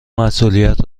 مسئولیت